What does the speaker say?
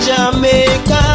Jamaica